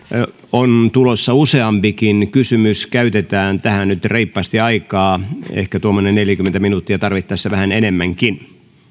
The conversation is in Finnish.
on tulossa useampikin kysymys käytetään tähän nyt reippaasti aikaa ehkä tuommoinen neljäkymmentä minuuttia tarvittaessa vähän enemmänkin